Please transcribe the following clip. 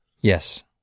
yes